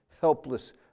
helpless